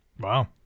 Wow